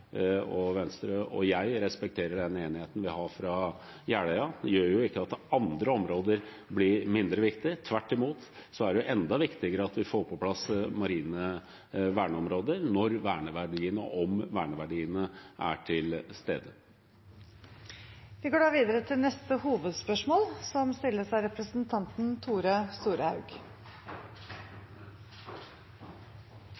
Venstre og jeg respekterer den enigheten vi har fra Jeløya – gjør ikke at andre områder blir mindre viktige. Tvert imot er det enda viktigere at vi får på plass marine verneområder om verneverdiene er til stede. Vi går videre til neste hovedspørsmål.